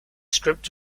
script